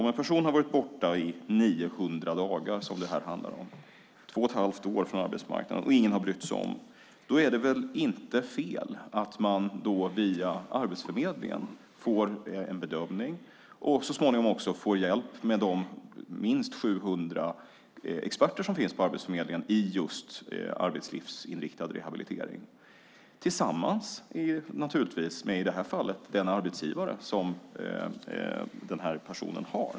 Om en person har varit borta från arbetsmarknaden i 900 dagar, två och ett halvt år, och ingen har brytt sig om dem är det väl inte fel att man via Arbetsförmedlingen får en bedömning och så småningom också hjälp av de minst 700 experter på just arbetslivsinriktad rehabilitering som finns där, naturligtvis också tillsammans med den arbetsgivare som personen har.